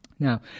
Now